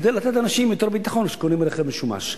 כדי לתת לאנשים יותר ביטחון כשקונים רכב משומש.